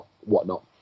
whatnot